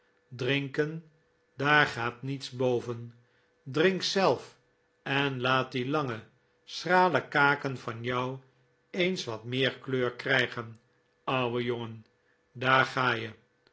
drinken daar gaat niets boven drink zelf en laat die lange schrale kaken van jou eens wat meer kleur krijgen ouwe jongen daar ga je